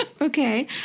okay